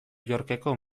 yorkeko